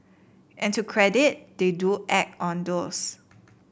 and to credit they do act on those